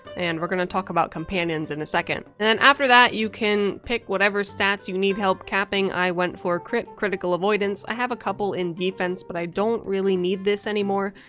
and we're gonna talk about companions in a second. and after that you can pick whatever stats you need help capping i went for crit, critical avoidance, i have a couple in defense, but i don't really need these anymore.